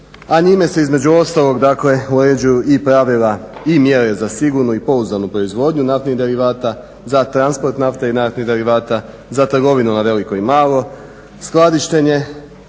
A njime se između ostalog dakle uređuju i pravila i mjere za sigurnu i pouzdanu proizvodnju naftnih derivata za transport nafte i naftnih derivata, za trgovinu na veliko i malo, skladištenje,